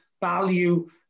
value